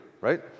right